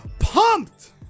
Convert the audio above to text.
Pumped